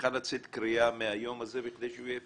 צריכה לצאת קריאה מהיום הזה בכדי שהוא יהיה אפקטיבי,